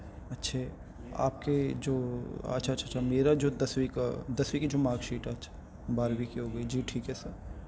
اچھے آپ کے جو اچھا اچھا اچھا میرا جو دسویں کا دسویں کی جو مارک شیٹ ہے اچھا بارہویں کی ہو گئی جی ٹھیک ہے سر